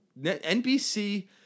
NBC